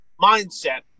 mindset